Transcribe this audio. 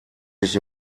sich